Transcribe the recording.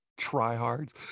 tryhards